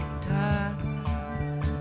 Time